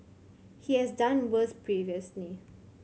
he has done worse previously